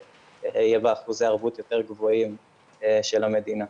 שיהיו בה אחוזי ערבות יותר גבוהים של המדינה.